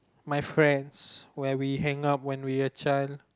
my friends when we hang out when we a child